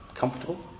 Comfortable